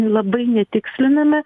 labai netiksliname